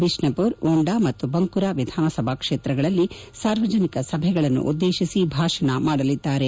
ಬಿಷ್ಷಪುರ್ ಒಂಡಾ ಮತ್ತು ಬಂಕುರಾ ವಿಧಾನಸಭಾ ಕ್ಷೇತ್ರಗಳಲ್ಲಿ ಸಾರ್ವಜನಿಕ ಸಭೆಗಳನ್ನುದ್ಲೇತಿಸಿ ಭಾಷಣ ಮಾಡಲಿದ್ದಾರೆ